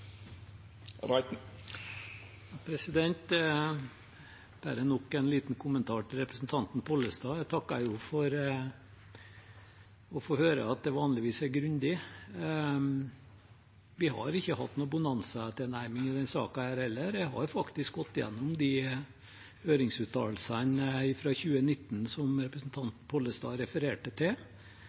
nok en liten kommentar til representanten Pollestad: Jeg takker for å få høre at jeg vanligvis er grundig. Vi har ikke hatt noen bonanzatilnærming i denne saken heller, jeg har faktisk gått igjennom de høringsuttalelsene fra 2019 som representanten Pollestad refererte til.